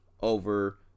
over